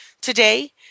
Today